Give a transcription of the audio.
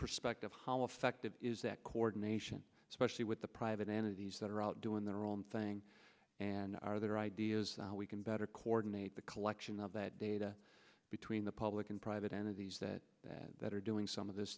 perspective how effective is that coordination especially with the private entities that are out doing their own thing and are there ideas we can better coordinate the collection of that data between the public and private entities that are doing some of this